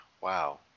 Wow